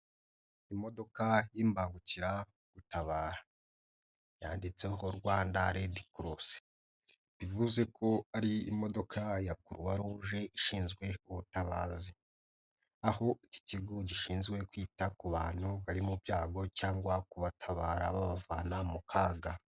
Imodoka y'imbangukira gutabara yanditseho Rwanda Red Cros bivuze ko ari imodoka ya Croix Rouge ishinzwe ubutabazi, aho iki kigo gishinzwe kwita ku bantu bari mu byago cyangwa kubatabara babavana mu kaga.